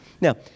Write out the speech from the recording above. Now